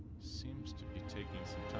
seems to be taking some